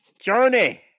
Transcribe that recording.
Journey